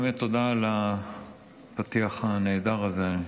באמת תודה על הפתיח הנהדר הזה.